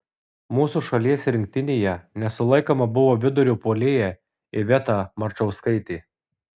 mūsų šalies rinktinėje nesulaikoma buvo vidurio puolėja iveta marčauskaitė